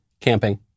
camping